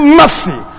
mercy